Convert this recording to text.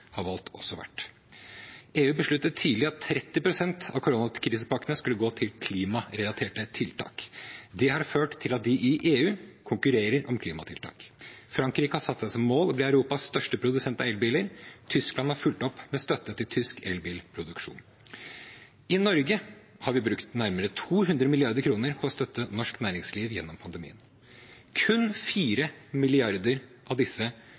har valgt, også vært. EU besluttet tidlig at 30 pst. av koronakrisepakkene skulle gå til klimarelaterte tiltak. Det har ført til at de i EU konkurrerer om klimatiltak. Frankrike har satt seg som mål å bli Europas største produsent av elbiler, og Tyskland har fulgt opp med støtte til tysk elbilproduksjon. I Norge har vi brukt nærmere 200 mrd. kr på å støtte norsk næringsliv gjennom pandemien. Kun 4 mrd. kr av disse